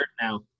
now